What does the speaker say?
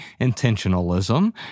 intentionalism